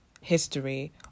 history